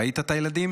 ראית את הילדים?